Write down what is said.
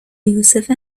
یوسف